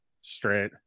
Straight